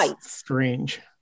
strange